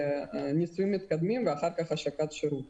ניסויים מתקדמים ואחר כך השקת שירות.